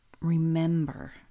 remember